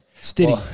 Steady